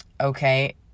okay